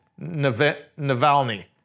Navalny